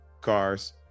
Cars